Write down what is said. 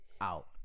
out